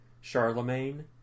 Charlemagne